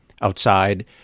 outside